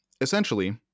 essentially